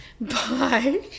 Bye